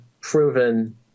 proven